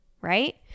right